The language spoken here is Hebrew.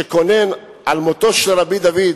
שקונן על מותו של רבי דוד,